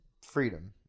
freedom